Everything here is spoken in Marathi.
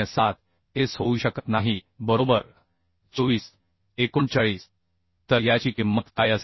707 S होऊ शकत नाही बरोबर तर याची किंमत काय असेल